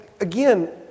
again